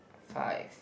five